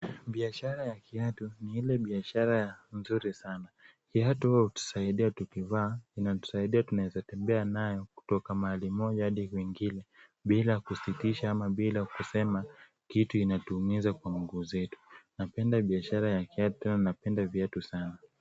Biashara ya kiatu ni ile biashara nzuri sana. Kiatu hutusaidia tukivaa inatusaidia tunaeza tembea nayo kutoka mahali moja hadi kwingine bila kusitisha ama bila kusema kitu inatuumiza kwa mguu zetu. Napenda biashara ya kiatu tena napenda viatu sana.